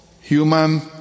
human